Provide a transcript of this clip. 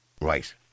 Right